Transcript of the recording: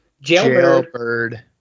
Jailbird